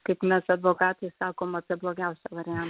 kaip mes advokatai sakom apie blogiausią variantą